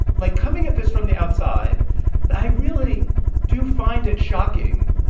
like, coming at this from the outside i really do find it shocking